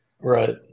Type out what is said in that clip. Right